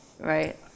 right